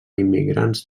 immigrants